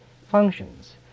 functions